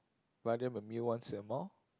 buy them a meal once in a while